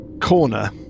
corner